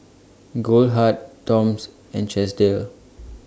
Goldheart Toms and Chesdale